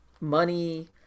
money